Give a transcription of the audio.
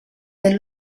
der